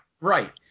right